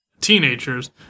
teenagers